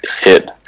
hit